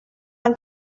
ein